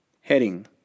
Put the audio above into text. Heading